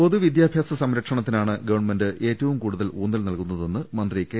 പൊതുവിദ്യാഭ്യാസ സംരക്ഷണത്തിനാണ് ഗവൺമെൻ് ഏറ്റവും കൂടുതൽ ഊന്നൽ നൽകുന്നതെന്ന് മന്ത്രി കെ